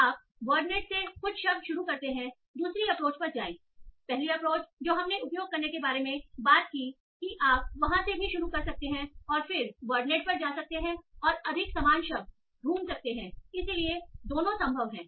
आप वर्ड़नेट से कुछ शब्द शुरू करते हैं दूसरी अप्रोच पर जाएं पहला अप्रोच जो हमने उपयोग करने के बारे में बात की आप वहां से भी शुरू कर सकते हैं और फिर वर्डनेट पर जा सकते हैं और अधिक समान शब्द ढूंढ सकते हैं इसलिए दोनों संभव हैं